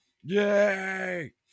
Yay